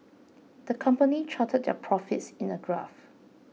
the company charted their profits in a graph